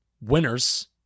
Winners